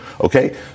Okay